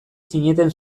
zineten